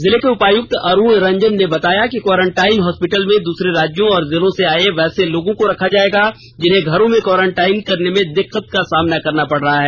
जिले के उपायुक्त अरूण रंजन ने बताया कि क्वारंटाइन हॉस्पिटल में दूसरे राज्यों और जिलों से आये वैसे लोगों को रखा जायेगा जिन्हें घरों में क्वारंटाइन करने में दिक्कत का सामना करना पड़ रहा है